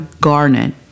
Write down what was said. Garnet